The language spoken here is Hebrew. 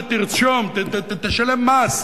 תעבוד ותרשום, תשלם מס.